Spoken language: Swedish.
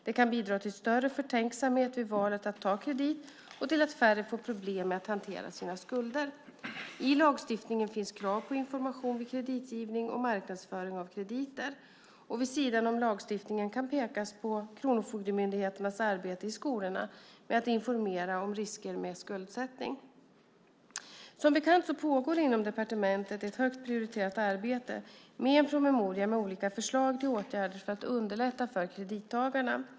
Det kan bidra till större förtänksamhet vid valet att ta en kredit och till att färre får problem med att hantera sina skulder. I lagstiftningen finns krav på information vid kreditgivning och marknadsföring av krediter. Vid sidan av lagstiftningen kan pekas på Kronofogdemyndighetens arbete i skolorna med att informera om risker med skuldsättning. Som bekant pågår inom departementet ett högt prioriterat arbete med en promemoria med olika förslag till åtgärder för att underlätta för kredittagarna.